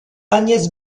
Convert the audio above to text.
agnès